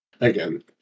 Again